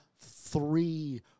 three